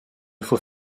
faut